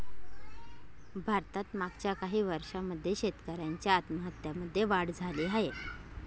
भारतात मागच्या काही वर्षांमध्ये शेतकऱ्यांच्या आत्महत्यांमध्ये वाढ झाली आहे